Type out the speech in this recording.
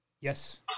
Yes